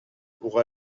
pour